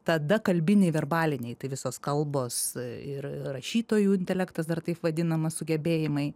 tada kalbiniai verbaliniai tai visos kalbos ir rašytojų intelektas dar taip vadinamas sugebėjimai